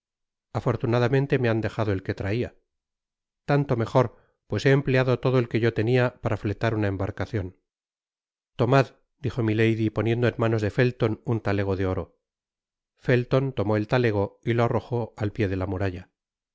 afortunadamente me han dejado el que iraia tanto mejor pues he empleado todo el que yo tenia para fletar una embarcacion tomad dijo milady poniendo en manos de felton un talego de oro felton tomó et talego y lo arrojó al pié de la muralla